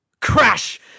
crash